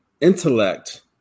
intellect